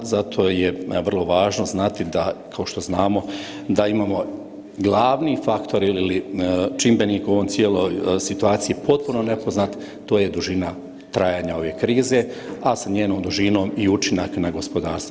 Zato je vrlo važno znati da kao što znamo da imamo glavni faktor ili čimbenik u ovoj cijeloj situaciji potpuno nepoznat, to je dužina trajanja ove krize, a sa njenom dužinom i učinak na gospodarstvo.